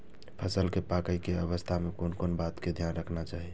फसल के पाकैय के अवस्था में कोन कोन बात के ध्यान रखना चाही?